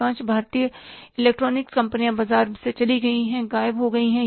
अधिकांश भारतीय इलेक्ट्रॉनिक कंपनियां बाजार से चली गई है ग़ायब हो गई हैं